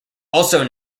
also